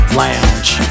lounge